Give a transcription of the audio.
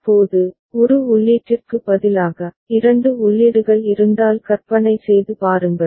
இப்போது ஒரு உள்ளீட்டிற்கு பதிலாக இரண்டு உள்ளீடுகள் இருந்தால் கற்பனை செய்து பாருங்கள்